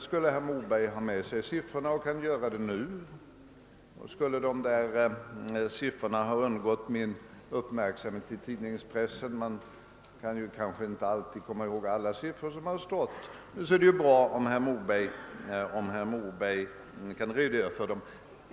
Skulle herr Moberg ha dessa siffror med sig här, och skulle siffrorna vara kända men ha undgått min uppmärksamhet i tidningspressen — man kan ju inte komma ihåg alla siffror man läst — skulle det vara värdefullt om herr Moberg kunde redogöra för dem nu.